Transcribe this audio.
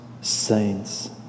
saints